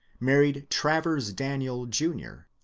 married travers daniel, jr,